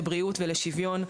לבריאות ולשוויון.